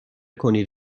کنید